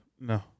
No